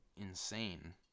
insane